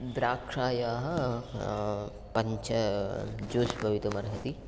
द्राक्षायाः पञ्च जूस् भवितुमर्हति